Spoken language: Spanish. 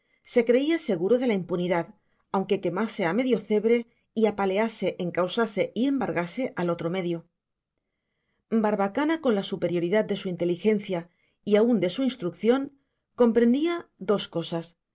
se creía seguro de la impunidad aunque quemase a medio cebre y apalease encausase y embargase al otro medio barbacana con la superioridad de su inteligencia y aun de su instrucción comprendía dos cosas